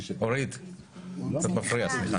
אורית, קצת מפריעה, סליחה.